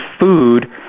food